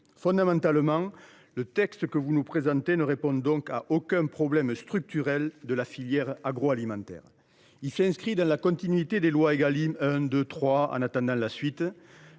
madame la ministre, le texte que vous nous présentez ne répond donc à aucun problème structurel de la filière agroalimentaire. Il s’inscrit dans la continuité des lois Égalim 1, 2 et 3, en attendant la